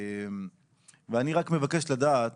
ואני רק מבקש לדעת